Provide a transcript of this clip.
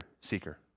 seeker